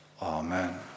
Amen